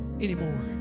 anymore